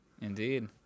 Indeed